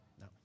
No